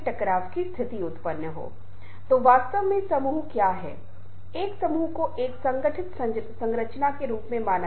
हम वार्तालाप कौशल पर चले गए जहां आपको बताया गया था कि यह कैसे होता है कि आप विशिष्ट लोगों को जवाब देते हैं ताकि हमने सुनने से बोलने में बदलाव किया